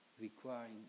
requiring